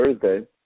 Thursday